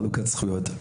חלוקת זכויות.